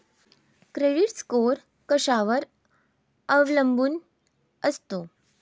Credit score कशावर अवलंबून असतो?